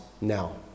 now